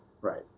Right